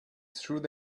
through